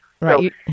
Right